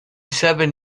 seven